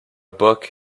book